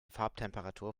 farbtemperatur